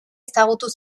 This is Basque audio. ezagutu